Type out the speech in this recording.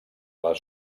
les